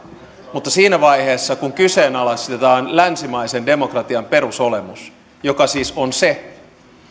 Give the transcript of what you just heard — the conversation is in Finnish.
mutta siinä vaiheessa kun kyseenalaistetaan länsimaisen demokratian perusolemus joka siis on se